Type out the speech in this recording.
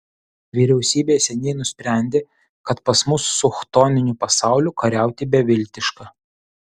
vyriausybė seniai nusprendė kad pas mus su chtoniniu pasauliu kariauti beviltiška